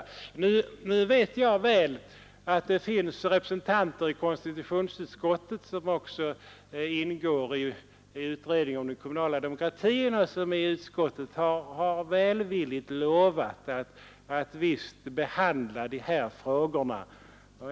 Nu vet jag mycket väl att det finns representanter i konstitutionsutskottet, vilka också ingår i utredningen om den kommunala demokratin och som i utskottet välvilligt lovat att utredningen skall behandla dessa frågor.